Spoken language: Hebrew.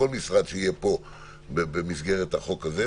כל משרד שיהיה במסגרת החוק הזה,